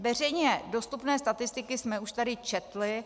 Veřejně dostupné statistiky jsme už tady četli.